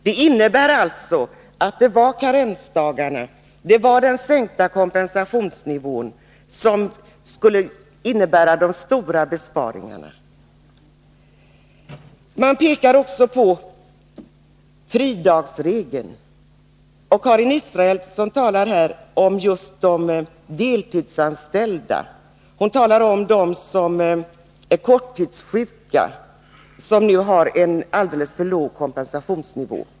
Det betyder alltså att det var karensdagarna och den sänkta kompensationsnivån som skulle innebära de stora besparingarna. Man pekar vidare på fridagsregeln. Karin Israelsson talar här om de deltidsanställda. Hon talar om dem som är korttidssjuka och som nu har en alldeles för låg kompensationsnivå.